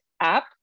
app